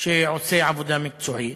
שעושה עבודה מקצועית